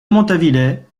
montalivet